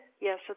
yes